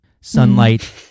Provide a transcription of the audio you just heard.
sunlight